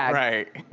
right.